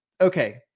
Okay